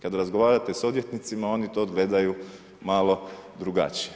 Kad razgovarate s odvjetnicima oni to gledaju malo drugačije.